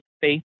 faith